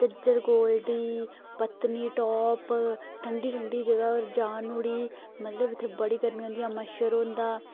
झज्जर कोटली पत्नीटाप ठंडी ठंडी जगह् पर जा नु मतलब इत्थे बड़ी गर्मियां होंदियां मच्छर होंदा